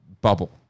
bubble